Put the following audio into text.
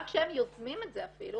גם כשהם יוזמים את זה אפילו,